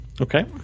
okay